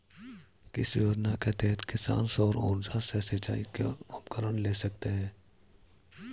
किस योजना के तहत किसान सौर ऊर्जा से सिंचाई के उपकरण ले सकता है?